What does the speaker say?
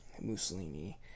Mussolini